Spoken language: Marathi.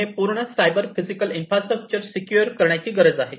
आणि हे पूर्णच सायबर फिजिकल इन्फ्रास्ट्रक्चर सिक्युअर करण्याची गरज आहे